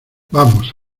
vamos